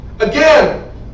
Again